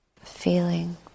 feeling